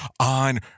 on